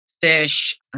fish